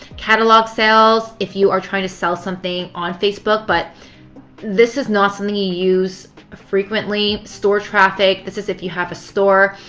catalogue sales if you are trying to sell something on facebook but this is not something you use frequently. store traffic, this is if you have a store.